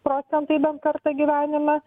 procentai bent kartą gyvenime